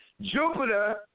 Jupiter